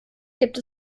gibt